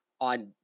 on